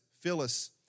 Phyllis